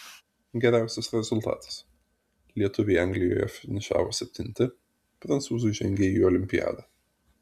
geriausias rezultatas lietuviai anglijoje finišavo septinti prancūzai žengė į olimpiadą